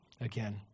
again